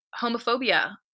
homophobia